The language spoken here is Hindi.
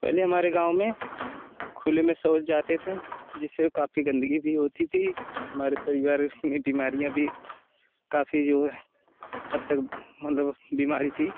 पहले हमारे गाँव में खुले में शौच जाते थे जिससे काफी गंदगी भी होती थी हमारे परिवार में बीमारियाँ भी काफी जो है हद तक मतलब बीमारी थी